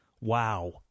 Wow